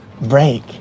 break